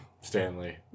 Stanley